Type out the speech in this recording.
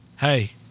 Hey